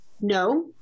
no